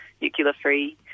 nuclear-free